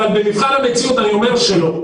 אבל במבחן המציאות אני אומר שלא.